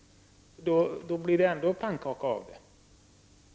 Då blir det ändå pannkaka av det hela.